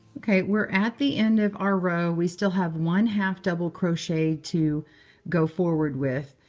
ok. we're at the end of our row. we still have one half double crochet to go forward with.